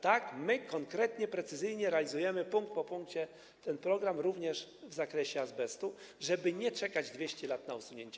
Tak, my konkretnie, precyzyjnie realizujemy punkt po punkcie ten program, również w zakresie azbestu, żeby nie czekać 200 lat na jego usunięcie.